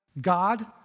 God